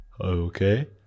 Okay